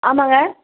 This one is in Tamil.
ஆமாங்க